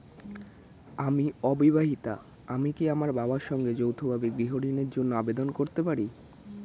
আমি অবিবাহিতা আমি কি আমার বাবার সঙ্গে যৌথভাবে গৃহ ঋণের জন্য আবেদন করতে পারি?